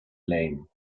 lame